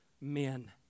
men